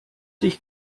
dich